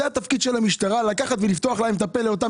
התפקיד של המשטרה הוא לפתוח את הפה לאותם